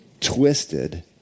twisted